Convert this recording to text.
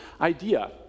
idea